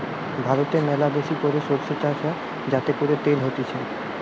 ভারতে ম্যালাবেশি করে সরষে চাষ হয় যাতে করে তেল হতিছে